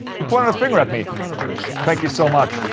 he pointed a finger at me thank you so much